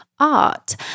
art